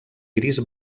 gris